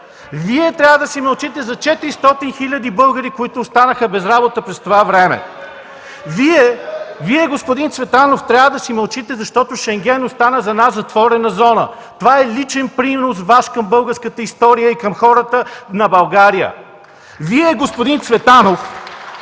Вие трябва да си мълчите за 400 хиляди българи, които останаха без работа през това време. Вие господин Цветанов, трябва да си мълчите, защото Шенген остана за нас затворена зона. Това е личен Ваш принос към българската история и към хората на България. (Частични